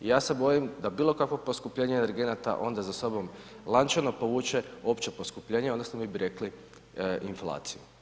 I ja se bojim da bilo kakvog poskupljenja energenata onda za sobom lančano povuče opće poskupljenje, odnosno mi bi rekli inflaciju.